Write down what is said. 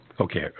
Okay